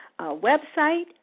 website